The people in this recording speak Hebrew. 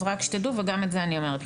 אז רק שתדעו וגם את זה אני אומרת.